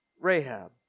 Rahab